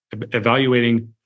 Evaluating